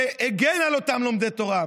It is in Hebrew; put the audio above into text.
שהגן על אותם לומדי תורה.